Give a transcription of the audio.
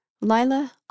Lila